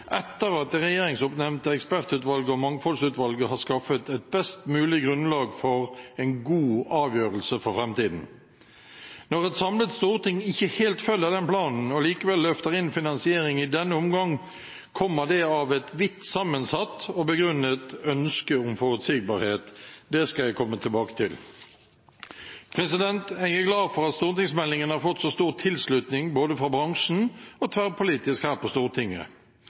etter at det regjeringsoppnevnte ekspertutvalget og mangfoldsutvalget har skaffet et best mulig grunnlag for en god avgjørelse for framtiden. Når et samlet storting ikke helt følger den planen og likevel løfter inn finansiering i denne omgang, kommer det av et vidt sammensatt og begrunnet ønske om forutsigbarhet. Det skal jeg komme tilbake til. Jeg er glad for at stortingsmeldingen har fått så stor tilslutning både fra bransjen og tverrpolitisk her på Stortinget.